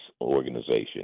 organization